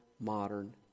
modern